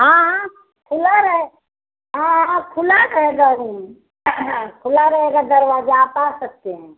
हाँ हाँ खुला रहे हाँ हाँ खुला रहेगा रूम हाँ हाँ खुला रहेगा दरवाज़ा आप आ सकते हैं